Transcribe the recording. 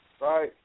right